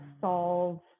solve